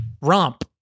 romp